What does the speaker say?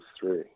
three